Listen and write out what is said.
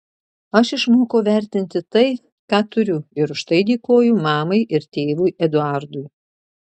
aš išmokau vertinti tai ką turiu ir už tai dėkoju mamai ir tėvui eduardui